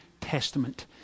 Testament